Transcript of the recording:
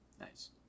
Nice